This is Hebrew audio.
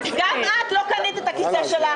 גם את לא קנית את הכיסא שלך.